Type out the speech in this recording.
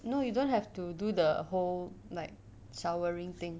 no you don't have to do the whole like showering thing